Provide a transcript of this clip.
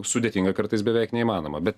sudėtinga kartais beveik neįmanoma bet